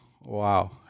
wow